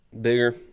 Bigger